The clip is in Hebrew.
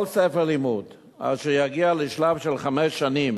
כל ספר לימוד אשר יגיע לשלב של חמש שנים